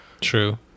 True